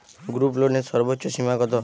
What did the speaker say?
গ্রুপলোনের সর্বোচ্চ সীমা কত?